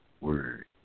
word